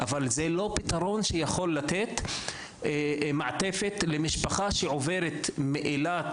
אבל זה לא פתרון שיכול לתת מעטפת למשפחה שעוברת מאילת